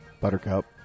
buttercup